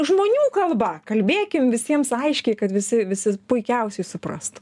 žmonių kalba kalbėkim visiems aiškiai kad visi visi puikiausiai suprastų